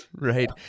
Right